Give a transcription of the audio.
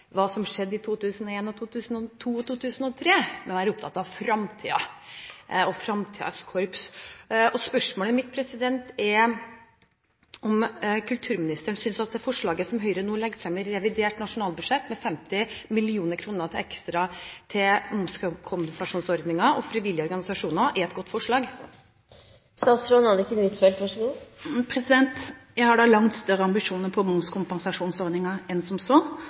hva om skjedde i 2001, 2002 og 2003, men at hun var opptatt av fremtiden og fremtidens korps. Spørsmålet mitt er om kulturministeren synes at det forslaget som Høyre nå legger frem i revidert nasjonalbudsjett, med 50 mill. kr ekstra til momskompensasjonsordningen og frivillige organisasjoner, er et godt forslag. Jeg har da langt større ambisjoner på momskompensasjonsordningens vegne enn som så.